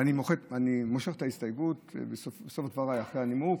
ואני מושך את ההסתייגות בסוף דבריי אחרי הנימוק,